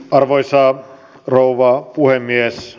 arvoisa rouva puhemies